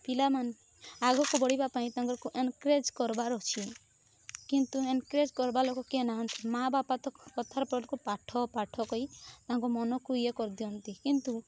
ପିଲାମାନେ ଆଗକୁ ବଢ଼ିବା ପାଇଁ ତାଙ୍କର ଏନକରେଜ୍ କରବାର ଅଛି କିନ୍ତୁ ଏନକରେଜ୍ କରିବା ଲୋକ କିଏ ନାହାନ୍ତି ମା ବାପା ତ ପାଠ ପାଠ କହି ତାଙ୍କ ମନକୁ ଇଏ କରିଦିଅନ୍ତି କିନ୍ତୁ